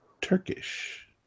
Turkish